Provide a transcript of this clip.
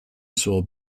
saw